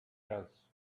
else